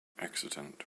accident